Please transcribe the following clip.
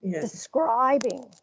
describing